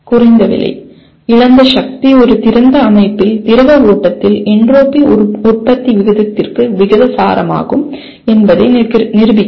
குறைந்த விலை இழந்த சக்தி ஒரு திறந்த அமைப்பில் திரவ ஓட்டத்தில் என்ட்ரோபி உற்பத்தி விகிதத்திற்கு விகிதாசாரமாகும் என்பதை நிரூபிக்கவும்